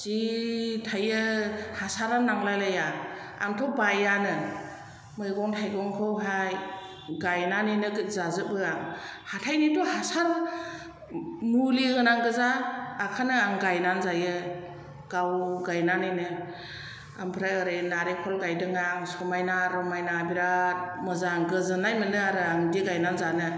जि थाययो हासारयानो नांलाय लाया आंथ' बायानो मैगं थाइगंखौहाय गायनानैनो जाजोबो आं हाथायनिथ' हासार मुलिहोनाय गोजा आखायनो आं गायनानै जायो गाव गायनानै आमफ्राय ओरै नारिखल गायदों आं समायना रमायना बिराद मोजां गोजोननाय मोनो आरो आं बिदि गायनानै जानो